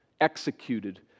executed